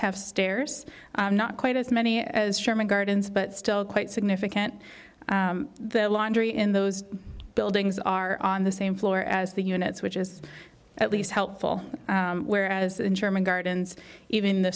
have stairs not quite as many as sherman gardens but still quite significant the laundry in those buildings are on the same floor as the units which is at least helpful whereas in german gardens even